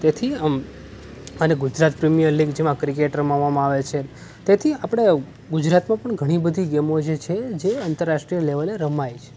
તેથી આમ અને ગુજરાત પ્રિમીયર લીગ જેમાં ક્રિકેટ રમાડવામાં આવે છે તેથી આપણે ગુજરાતમાં પણ ઘણી બધી ગેમો જે છે જે આંતરરાષ્ટ્રીય લેવલે રમાય છે